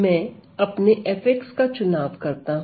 मैं अपने f का चुनाव करता हूं